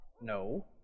No